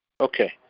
Okay